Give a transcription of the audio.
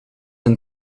een